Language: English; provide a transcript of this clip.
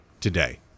today